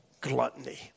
gluttony